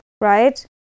right